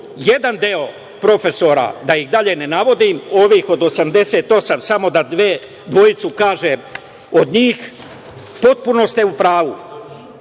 Jedan deo profesora da ih dalje ne navodim, ovih od 88, samo da dvojicu navedem od njih. Potpuno ste u pravu,